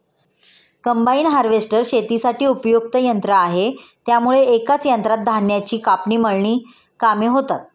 combine harvester शेतीसाठी उपयुक्त यंत्र आहे त्यामुळे एकाच यंत्रात धान्याची कापणी, मळणी कामे होतात